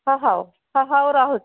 ହଉ ହଉ ରହୁଛି